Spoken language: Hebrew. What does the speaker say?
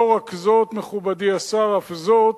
לא רק זאת, מכובדי השר, אף זאת,